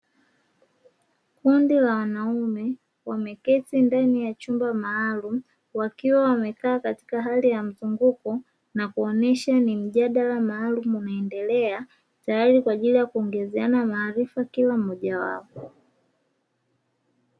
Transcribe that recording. Kundi la wanaume wameketi ndani ya chumba maalumu wakiwa wamekaa katika hali ya mzunguko, na kuonyesha ni mjadala maalumu unaoendelea, tayari kwa ajili ya kuongezeana maarifa kila mmoja wao.